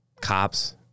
cops